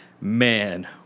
man